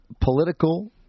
political